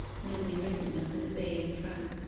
newly risen over the bay in front.